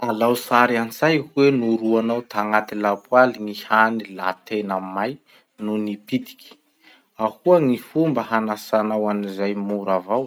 Alao sary an-tsay hoe noroanao tagnaty lapoaly gny hany la tena may no nipitiky. Ahoa gny fomba hanasanao anizay mora avao?